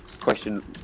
question